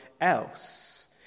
else